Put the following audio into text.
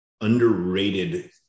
underrated